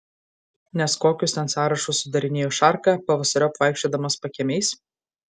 nes kokius ten sąrašus sudarinėjo šarka pavasariop vaikščiodamas pakiemiais